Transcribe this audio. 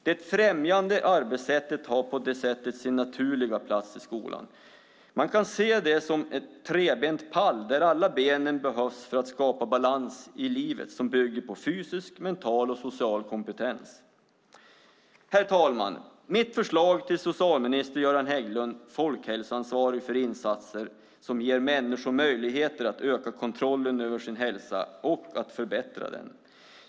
Det främjande arbetssättet har på det sättet sin naturliga plats i skolan. Man kan se det som en trebent pall där alla benen behövs för att skapa balans i livet som bygger på fysisk, mental och social kompetens. Herr talman! Jag har ett förslag till socialminister Göran Hägglund, folkhälsoansvarig för insatser som ger människor möjligheter att öka kontrollen över sin hälsa och att förbättra den.